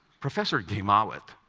professor ghemawat,